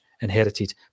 inherited